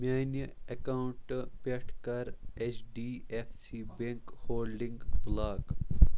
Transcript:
میٛانہِ اٮ۪کاونٛٹ پٮ۪ٹھ کَر H D F C bank holding block